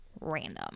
Random